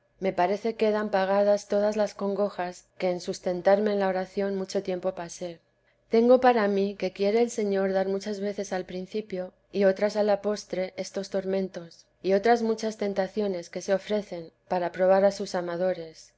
me parece quedan pagadas todas las congojas que en sustentarme en la oración mucho tiempo pasé tengo para mí vida de ía santa madre que quiere el señor dar muchas veces al principio y otras a la postre estos tormentos y otras muchas tentaciones que se ofrecen para probar a sus amadores